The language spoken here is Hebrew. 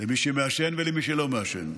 למי שמעשן ולמי שלא מעשן,